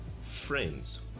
Friends